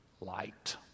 light